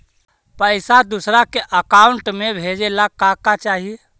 पैसा दूसरा के अकाउंट में भेजे ला का का चाही?